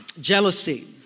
Jealousy